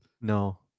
No